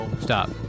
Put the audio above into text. stop